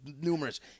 Numerous